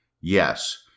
Yes